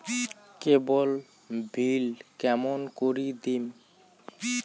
কেবল bill কেমন করি দিম?